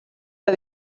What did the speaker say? per